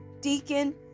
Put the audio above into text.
Deacon